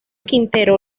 quintero